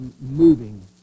moving